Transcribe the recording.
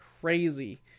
crazy